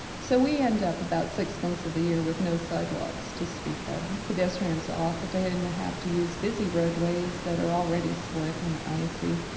so we end up about six months of the year with no sidewalks to speak of. pedestrians often and and have to use busy roadways that are already slick and icy,